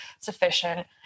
sufficient